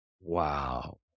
Wow